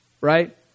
Right